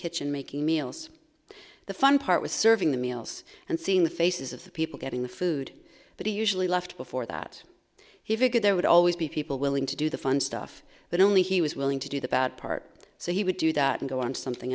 kitchen making meals the fun part was serving the meals and seeing the faces of the people getting the food but he usually left before that he figured there would always be people willing to do the fun stuff but only he was willing to do the bad part so he would do that and go on to something